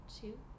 two